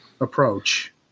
approach